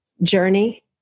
Journey